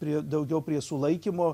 prie daugiau prie sulaikymo